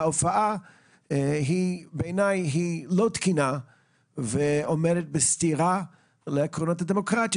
ההופעה בעיניי היא לא תקינה ועומדת בסתירה לעקרונות הדמוקרטיים